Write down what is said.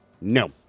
no